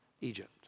Egypt